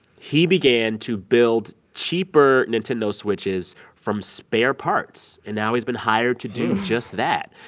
he began to build cheaper nintendo switches from spare parts, and now he's been hired to do just that.